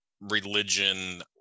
religion